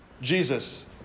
Jesus